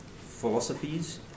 philosophies